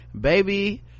Baby